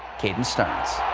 cadence time.